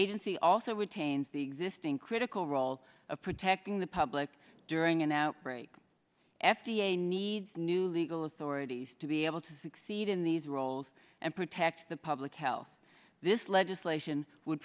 agency also retains the existing critical role of protecting the public during an outbreak f d a needs new legal authorities to be able to succeed in these roles and protect the public health this legislation would